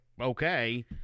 okay